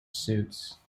suits